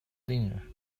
dinner